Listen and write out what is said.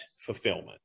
fulfillment